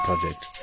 project